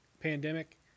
pandemic